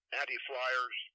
anti-Flyers